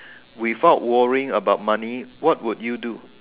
without worrying about money what would you do